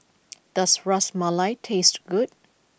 does Ras Malai taste good